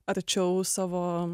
arčiau savo